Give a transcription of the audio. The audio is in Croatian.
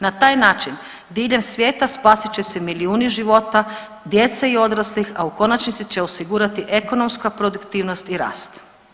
Na taj način diljem svijeta spasit će se milijuni života, djece i odraslih, a u konačnici će osigurati ekonomska produktivnost i rast.